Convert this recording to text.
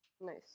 nice